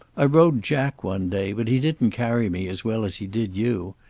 i rode jack one day, but he didn't carry me as well as he did you.